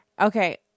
Okay